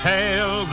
Hail